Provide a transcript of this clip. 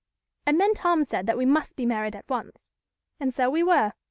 and then tom said that we must be married at once and so we were,